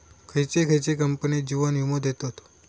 खयचे खयचे कंपने जीवन वीमो देतत